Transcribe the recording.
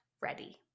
ready